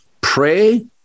Pray